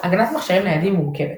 הגנת מכשירים ניידים היא מורכבת,